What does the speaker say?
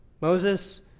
Moses